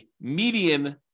median